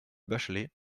bachelay